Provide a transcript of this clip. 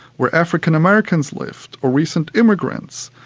where african-americans lived, or recent immigrants.